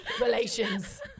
relations